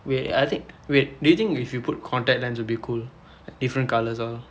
wait I think wait do you think if we put contact lens will be cool different colours all